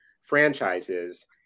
franchises